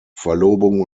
verlobung